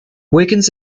wiggins